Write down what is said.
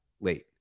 late